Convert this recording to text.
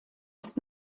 ist